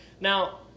Now